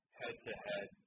head-to-head